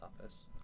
office